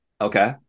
Okay